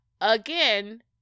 again